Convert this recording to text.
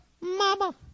Mama